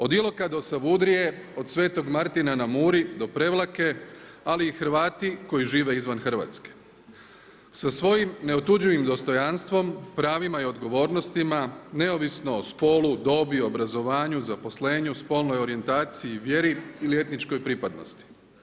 Od Iloka do Savudrije, od Svetoga Martina na Muri, do Prevlake, ali i Hrvati koji žive izvan Hrvatske, sa svojim neotuđivim dostojanstvom, pravima i odgovornostima, neovisno o spolu, dobi, obrazovanju, zaposlenju, spolnoj orijentaciji i vjeri ili etičnoj pripadnosti.